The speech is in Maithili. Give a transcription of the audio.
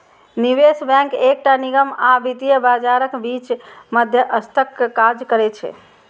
निवेश बैंक एकटा निगम आ वित्तीय बाजारक बीच मध्यस्थक काज करै छै